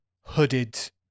hooded